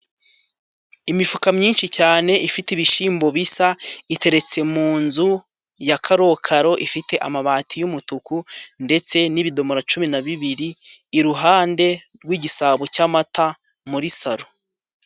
imifuka myinshi cyane ifite ibishyimbo bisa, iteretse mu nzu ya karokaro ifite amabati y'umutuku, ndetse n'ibidomora cumi na bibiri, iruhande rw'igisabo cy'amata muri salo.